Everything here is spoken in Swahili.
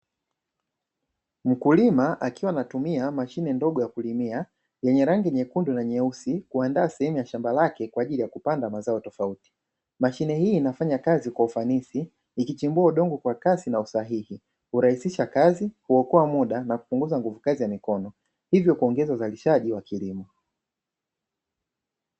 Mkulima akiwa anatumia mashine ndogo ya kulimia, yenye rangi nyekundu na nyeusi, kuandaa sehemu ya shamba lake kwa ajili ya kupanda mazao tofauti, mashine hii inafanya kazi kwa ufanisi ikichimbua udongo kwa kasi na kwa usahihi, kurahisisha kazi, kuokoa muda na kupunguza nguvu kazi ya mikono, hivyo kuongeza uzalishaji wa kilimo.